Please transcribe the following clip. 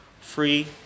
free